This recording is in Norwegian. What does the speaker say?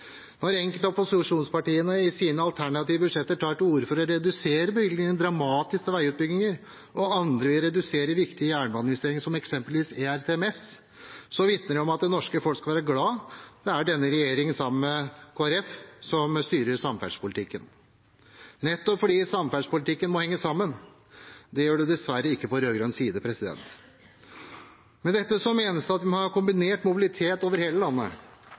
Når enkelte av opposisjonspartiene i sine alternative budsjetter tar til orde for å redusere bevilgningene til veiutbygginger dramatisk, og andre vil redusere i viktige jernbaneinvesteringer som eksempelvis ERTMS, vitner det om at det norske folk skal være glad det er denne regjeringen, sammen med Kristelig Folkeparti, som styrer samferdselspolitikken, nettopp fordi samferdselspolitikken må henge sammen. Det gjør den dessverre ikke på rød-grønn side. Med dette menes at vi må ha kombinert mobilitet over hele landet.